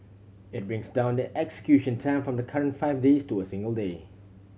it brings down the execution time from the current five days to a single day